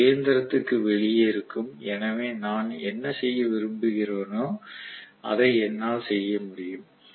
இது இயந்திரத்திற்கு வெளியே இருக்கும் எனவே நான் என்ன செய்ய விரும்புகிறேனோ அதை என்னால் செய்ய முடியும்